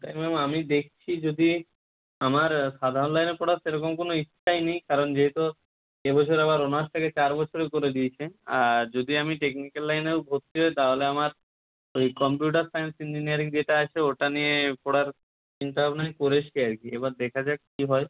ma'am আমি দেখছি যদি আমার সাধারণ লাইনে পড়ার সেরকম কোনো ইচ্ছাই নেই কারণ যেহেতু এ বছর আবার অনার্সটাকে চার বছরের করে দিয়েছে আর যদি আমি টেকনিক্যাল লাইনেও ভর্তি হই তাহলে আমার ওই কম্পিউটার সায়েন্স ইঞ্জিনিয়ারিং যেটা আছে ওটা নিয়ে পড়ার চিন্তা ভাবনাই করেছি আর কি এবার দেখা যাক কী হয়